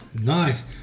Nice